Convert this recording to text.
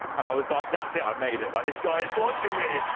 and i was like, that's it. i've made it. like, this guy is watching me.